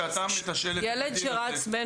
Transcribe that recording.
כשאתה מתשאל קטין --- ילד שרץ בין